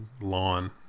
lawn